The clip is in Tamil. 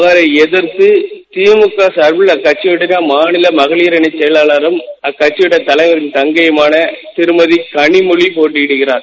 அவரை எகிர்க்கு கிரமக சார்பில் அக்கட்சியுடைய மாநில மகளிரணி செபலாளரும் அக்கட்சியுடைய தலைவரின் தங்கையுமான திருமதி கனிமொழி போட்டியிடுகிறார்